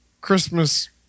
Christmas